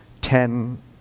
ten